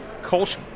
Kolsch